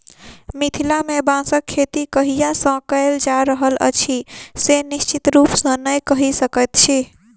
मिथिला मे बाँसक खेती कहिया सॅ कयल जा रहल अछि से निश्चित रूपसॅ नै कहि सकैत छी